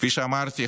כפי שאמרתי,